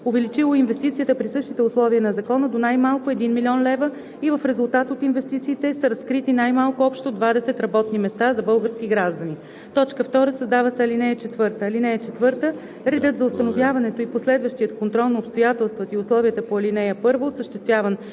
увеличило е инвестицията при същите условия на закона до най-малко 1 000 000 лв. и в резултат от инвестициите са разкрити най-малко общо 20 нови работни места за български граждани.“ 2. Създава се ал. 4: „(4) Редът за установяването и последващият контрол на обстоятелствата и условията по ал. 1, осъществяван